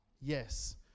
yes